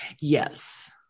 Yes